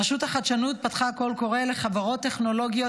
רשות החדשנות פתחה קול קורא לחברות טכנולוגיות